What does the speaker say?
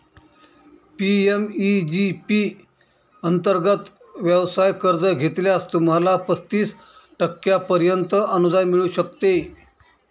PMEG P अंतर्गत व्यवसाय कर्ज घेतल्यास, तुम्हाला पस्तीस टक्क्यांपर्यंत अनुदान मिळू शकते